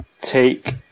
take